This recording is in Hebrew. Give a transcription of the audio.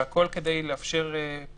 הכי חשוב להחזיר את כל המחלקות האלו,